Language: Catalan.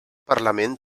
parlament